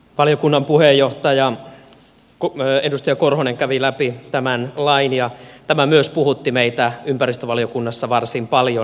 valiokunnan puheenjohtaja edustaja korhonen kävi läpi tämän lain ja tämä myös puhutti meitä ympäristövaliokunnassa varsin paljon